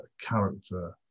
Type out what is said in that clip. character